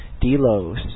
Delos